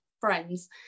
friends